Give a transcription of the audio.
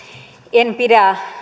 en pidä